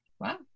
Wow